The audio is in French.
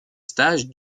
stage